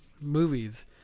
movies